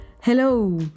Hello